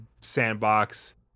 sandbox